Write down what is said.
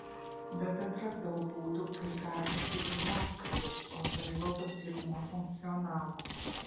bet atrasdavo būdų kaip perduoti į apskritis o savivaldos lygmuo funkcionavo